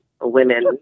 women